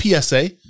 PSA